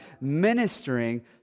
ministering